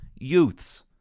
youths